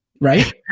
Right